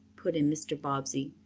put in mr. bobbsey.